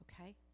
okay